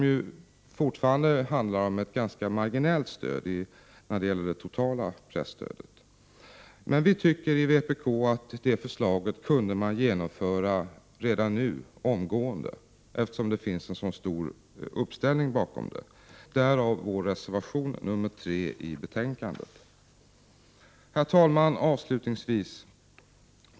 Det handlar ju om ett ganska marginellt stöd i förhållande till det totala presstödet. Vi i vpk tycker att man kunde genomföra det förslaget redan nu, omgående, eftersom det finns en så stor uppslutning bakom det, och därav vår reservation 3 till betänkandet. Herr talman! Avslutningsvis vill jag säga följande.